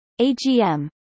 AGM